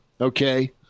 okay